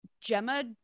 Gemma